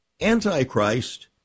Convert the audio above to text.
Antichrist